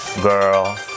girl